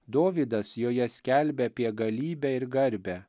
dovydas joje skelbia apie galybę ir garbę